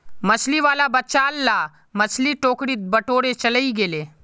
मछली वाला बचाल ला मछली टोकरीत बटोरे चलइ गेले